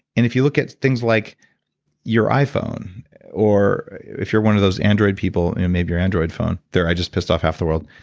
and if you look at things like your iphone or if you're one of those android people and you know maybe your android phone, there i just pissed off half the world,